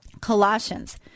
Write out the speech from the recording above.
Colossians